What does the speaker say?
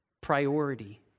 priority